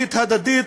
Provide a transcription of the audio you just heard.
ותרבותית הדדית,